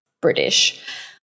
British